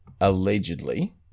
allegedly